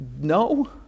No